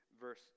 verse